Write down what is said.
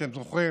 אתם זוכרים